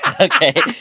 Okay